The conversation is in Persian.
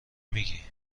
میگی